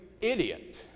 idiot